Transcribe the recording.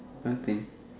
nothing